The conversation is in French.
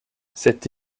cet